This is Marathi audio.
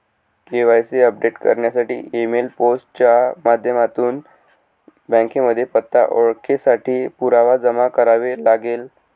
के.वाय.सी अपडेट करण्यासाठी ई मेल, पोस्ट च्या माध्यमातून बँकेमध्ये पत्ता, ओळखेसाठी पुरावा जमा करावे लागेल